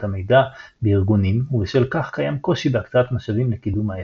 המידע בארגונים ובשל כך קיים קושי בהקצאת משאבים לקידום העסק.